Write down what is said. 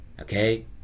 okay